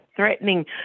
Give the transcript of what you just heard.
threatening